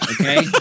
okay